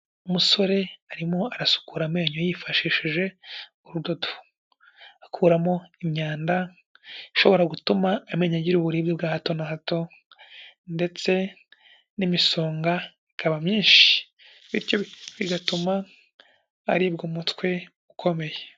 Umusore arimo arasukura amenyo yifashishije urudodo, akuramo imyanda ishobora gutuma amenya agira uburibwe bwa hato na hato, ndetse n'imisonga ikaba myinshi bityo bigatuma aribwa umutwe ukomeye.